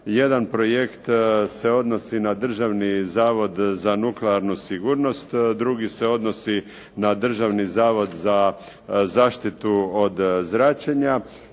Jedan projekt se odnosi na Državni zavod za nuklearnu sigurnost, drugi se odnosi na Državni zavod za zaštitu od zračenja.